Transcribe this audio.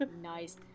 Nice